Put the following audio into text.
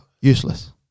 useless